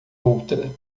outra